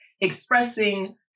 expressing